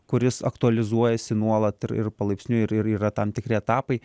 kuris aktualizuojasi nuolat ir ir palaipsniui ir ir yra tam tikri etapai